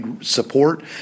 support